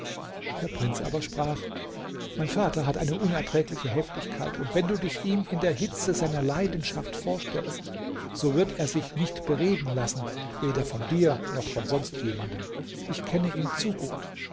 der prinz aber sprach mein vater hat eine unerträgliche heftigkeit und wenn du dich ihm in der hitze seiner leidenschaft vorstellst so wird er sich nicht bereden lassen weder von dir noch von sonst jemanden ich kenne ihn zu gut